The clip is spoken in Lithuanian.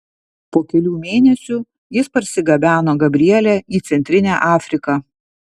po kelių mėnesių jis parsigabeno gabrielę į centrinę afriką